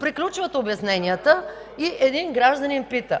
Приключват обясненията и един гражданин пита: